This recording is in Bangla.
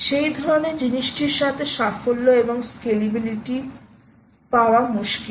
সেই ধরণের জিনিসটির সাথে সাফল্য এবং স্ক্যাল্যাবিলিটি পাওয়া মুশকিল